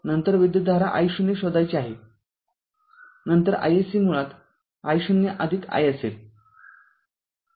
तरनंतर विद्युतधारा i0 शोधायची आहे नंतर iSC मुळात i0 i असेल